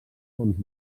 fons